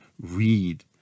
read